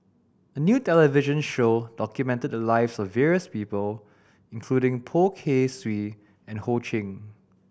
a new television show documented the lives of various people including Poh Kay Swee and Ho Ching